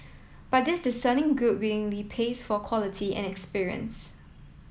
but this discerning group willingly pays for quality and experience